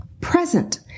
Present